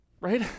right